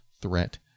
threat